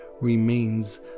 remains